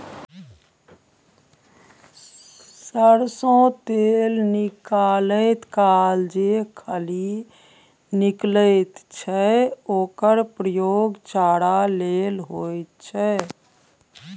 सरिसों तेल निकालैत काल जे खली निकलैत छै ओकर प्रयोग चारा लेल होइत छै